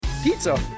Pizza